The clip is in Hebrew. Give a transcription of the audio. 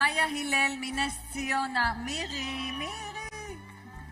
מאיה הלל מנס ציונה, מירי, מירי